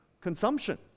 consumption